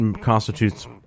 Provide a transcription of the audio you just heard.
constitutes